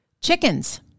Chickens